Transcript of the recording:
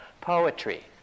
poetry